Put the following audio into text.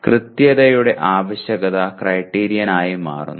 കൃത്യതയുടെ ആവശ്യകത ക്രൈറ്റീരിയൻ ആയി മാറുന്നു